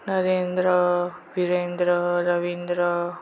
Narendra Virendra Ravindra